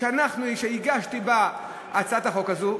שהגשתי להצעת החוק הזאת: